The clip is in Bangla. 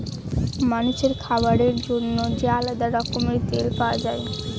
মানুষের খাবার জন্য যে আলাদা রকমের তেল পাওয়া যায়